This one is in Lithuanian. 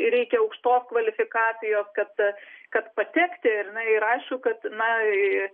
reikia aukštos kvalifikacijos kad kad patekti ir na ir aišku kad na į